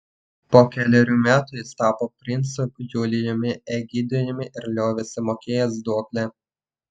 po kelerių metų jis tapo princu julijumi egidijumi ir liovėsi mokėjęs duoklę